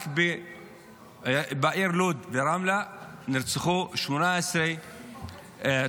רק בעיר לוד וברמלה נרצחו 18 תושבים.